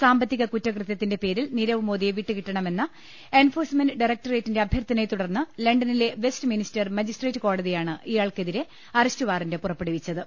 സാമ്പത്തിക കുറ്റകൃത്യത്തിന്റെ പേരിൽ നീരവ് മോദിയെ വിട്ടുകിട്ടണമെന്ന എൻഫോഴ്സ്മെന്റ് ഡയറക്ടറേറ്റിന്റെ അഭ്യർത്ഥനയെ തുടർന്ന് ലണ്ടനിലെ വെസ്റ്റ് മിനിസ്റ്റർ മജിസ്ട്രേറ്റ് കോടതിയാണ് ഇയാൾക്കെതിരെ അറസ്റ്റ് വാറന്റ് പുറപ്പെടുവിച്ചത്